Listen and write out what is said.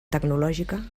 tecnològica